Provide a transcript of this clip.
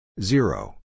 zero